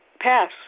pass